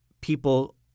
people